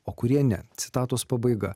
o kurie ne citatos pabaiga